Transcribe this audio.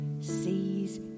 sees